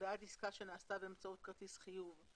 בעד עסקה שנעשתה באמצעות כרטיס חיוב,